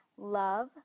Love